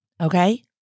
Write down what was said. okay